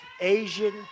Asian